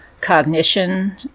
cognition